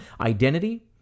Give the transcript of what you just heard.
identity